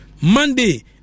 Monday